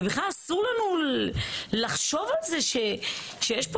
ובכלל אסור לנו לחשוב על זה שיש פה